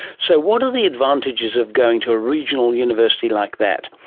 so what are the advantages of going to a regional university like that?